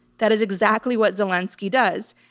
that is exactly what zelenskiy does.